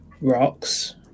rocks